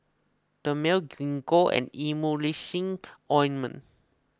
Dermale Gingko and Emulsying Ointment